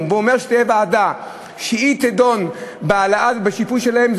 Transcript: ואומרים שתהיה ועדה שתדון בהעלאה ובשיפוי שלהם,